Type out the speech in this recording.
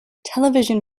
television